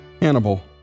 Hannibal